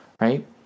Right